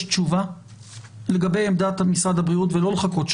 תשובה לגבי עמדת משרד הבריאות ולא לחכות שבועיים.